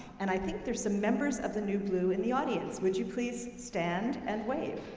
and i think there's some members of the new blue in the audience. would you please stand and wave.